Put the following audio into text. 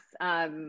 yes